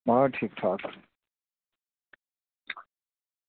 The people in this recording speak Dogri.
बस ठीक ठाक